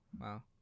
Wow